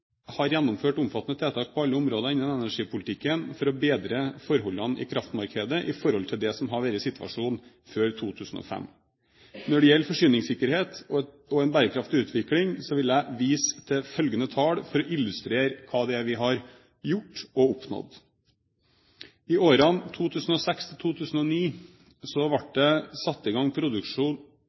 har gjennomført omfattende tiltak på alle områder innen energipolitikken for å bedre forholdene i kraftmarkedet i forhold til det som har vært situasjonen før 2005. Når det gjelder forsyningssikkerhet og en bærekraftig utvikling, vil jeg vise til følgende tall for å illustrere hva det er vi har gjort og oppnådd: I årene 2006–2009 ble det satt i gang produksjon